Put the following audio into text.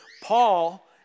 Paul